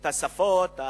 את השפות,